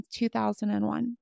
2001